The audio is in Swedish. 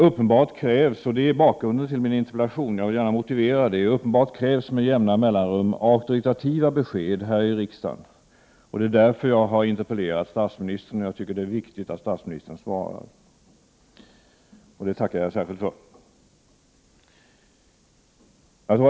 Uppenbart krävs — det är bakgrunden till min interpellation som jag gärna vill motivera — med jämna mellanrum auktoritativa besked här i riksdagen. Det är därför jag har interpellerat statsministern. Jag tycker att det är viktigt att statsministern svarar. Det tackar jag särskilt för.